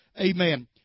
Amen